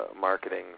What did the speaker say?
marketing